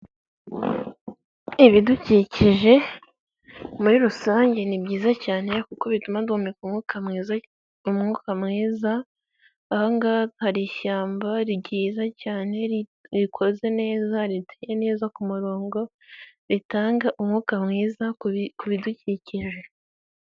Ibidukikije, muri rusange ni byiza cyane kuko bituma duhumeka umwuka mwiza, aha ngaha hari ishyamba ryiza cyane, rikoze neza, riteye neza ku murongo, ritanga umwuka mwiza ku bidukikije.